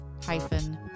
hyphen